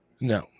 no